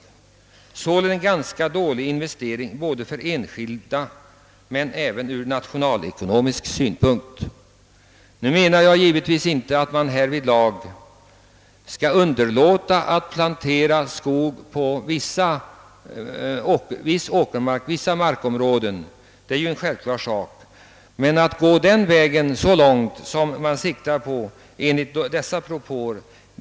Det är sålunda en ganska dålig investering såväl för den enskilde som ur nationalekonomisk synpunkt. Nu menar jag givetvis inte att vi här i landet skall underlåta att plantera skog på vissa åkermarksområden. Men det är självklart att man inte kan följa de socialdemokratiska propåerna.